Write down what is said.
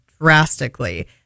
drastically